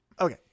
Okay